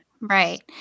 right